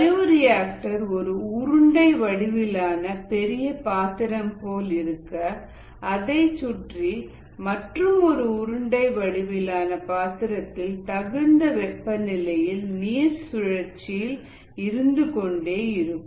bioreactor ஒரு உருண்டை வடிவிலான பெரிய பாத்திரம் போல் இருக்க அதை சுற்றி மற்றும் ஒரு உருண்டை வடிவிலான பாத்திரத்தில் தகுந்த வெப்பநிலையில் நீர் சுழற்சியில் இருந்து கொண்டே இருக்கும்